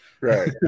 right